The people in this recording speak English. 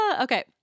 okay